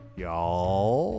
y'all